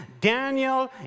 Daniel